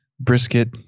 brisket